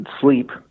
sleep